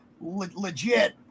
Legit